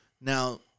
Now